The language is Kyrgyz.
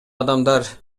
адамдар